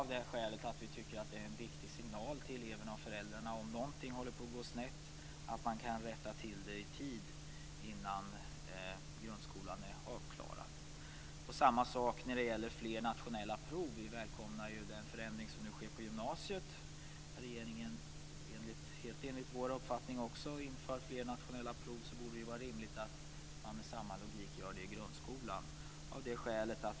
Vi tycker att det är en viktig signal till eleverna och föräldrarna om någonting håller på att gå snett. Då kan man rätta till det i tid innan grundskolan är avklarad. Samma sak gäller fler nationella prov. Vi välkomnar den förändring som nu sker på gymnasiet. När regeringen, helt enligt vår uppfattning, inför fler nationella prov borde det ju vara rimligt att man också gör det i grundskolan.